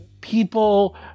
people